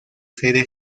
sede